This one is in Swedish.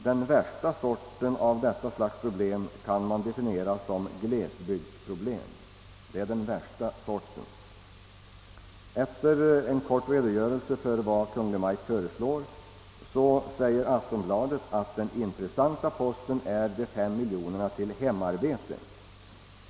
Den värsta sorten av detta slags problem kan man definiera som glesbygdsproblem. Efter en kort redogörelse för vad Kungl. Maj:t föreslår säger Aftonbladet att den intressanta posten är de fem miljonerna till hemarbete.